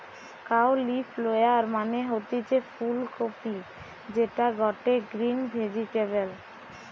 cauliflower মানে হতিছে ফুল কপি যেটা গটে গ্রিন ভেজিটেবল